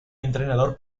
entrenador